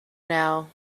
now